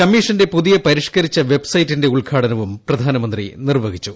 കമ്മീഷന്റെ പുതിയ പരിഷ്ക്കരിച്ച വെബ്സൈറ്റിന്റെ ഉദ്ഘാടനവും പ്രധാനമന്ത്രി നിർവഹിച്ചു